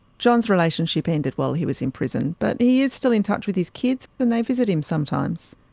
john's relationship ended while he was in prison, but he is still in touch with his kids and they visit him sometimes.